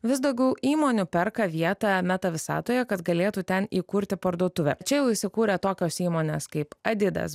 vis daugiau įmonių perka vietą meta visatoje kad galėtų ten įkurti parduotuvę čia jau įsikūrę tokios įmonės kaip adidas